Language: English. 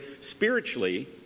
spiritually